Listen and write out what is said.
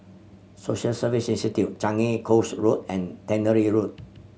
Social Service Institute Changi Coast Road and Tannery Road